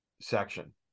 section